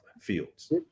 Fields